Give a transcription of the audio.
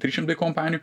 trys šimtai kompanijų